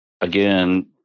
again